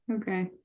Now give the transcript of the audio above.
okay